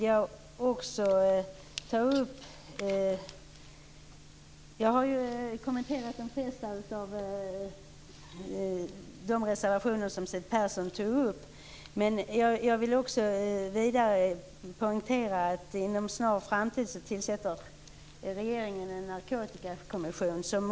Jag har kommenterat de flesta av de reservationer som Siw Persson tog upp, men jag vill också poängtera att regeringen inom en snar framtid tillsätter en narkotikakommission.